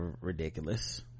ridiculous